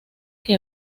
que